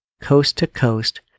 coast-to-coast